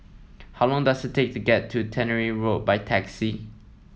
how long does it take to get to Tannery Road by taxi